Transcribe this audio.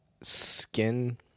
skin